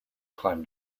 climb